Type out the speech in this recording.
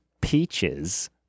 Peaches